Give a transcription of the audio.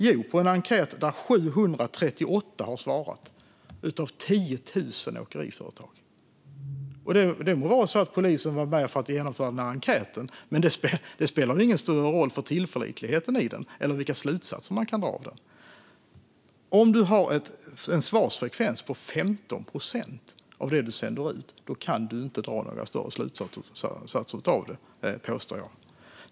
Jo, på en enkät som 738 av 10 000 åkeriföretag har svarat på. Polisen må ha varit med för att genomföra enkäten, men det spelar väl ingen större roll för tillförlitligheten i den eller vilka slutsatser man kan dra av den. Om du har en svarsfrekvens på 15 procent kan du inte dra några större slutsatser av det, påstår jag.